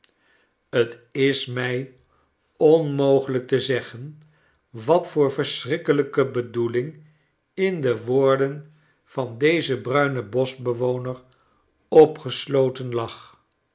t is mij onmogelijk te zeggen wat voor verschrikkelyke bedoeling in de woorden van dezen bruinen boschbewoner opgesloten lag